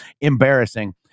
Embarrassing